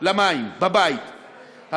למים בבית,